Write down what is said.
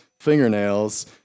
fingernails